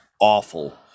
awful